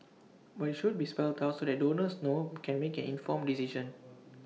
but IT should be spelled out so that donors know can make an informed decision